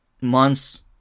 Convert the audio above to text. months